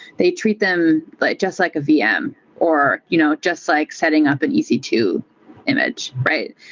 they treat them like just like a vm or you know just like setting up an e c two image, right?